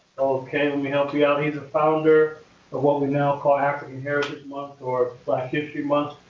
ok, let me help you out. he's a founder of what we now call african heritage month, or black history month.